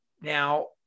now